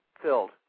filled